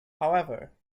however